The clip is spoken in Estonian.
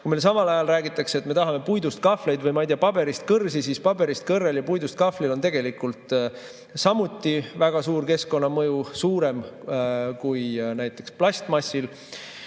Kui meile samal ajal räägitakse, et me tahame puidust kahvleid või paberist kõrsi, siis paberist kõrrel ja puidust kahvlil on tegelikult samuti väga suur keskkonnamõju, suurem kui näiteks plastmassil.